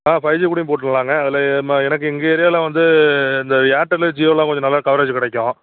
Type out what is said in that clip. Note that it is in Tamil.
ஆ ஃபைவ் ஜி கூடயும் போட்டிருலாங்க அதில் நம்ம எனக்கு எங்கள் ஏரியாவில் வந்து இந்த ஏர்டெல்லு ஜியோல்லாம் கொஞ்சம் நல்லா கவரேஜ்ஜு கிடைக்கும்